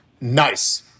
Nice